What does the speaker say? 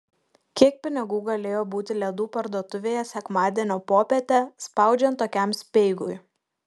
kiek pinigų galėjo būti ledų parduotuvėje sekmadienio popietę spaudžiant tokiam speigui